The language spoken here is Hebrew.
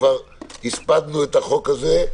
כבר "הספדנו" את החוק הזה,